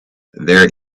there